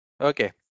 Okay